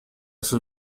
sus